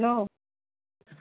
hello